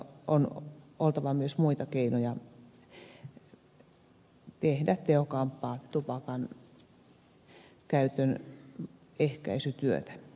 on oltava myös muita keinoja tehdä tehokkaampaa tupakankäytön ehkäisytyötä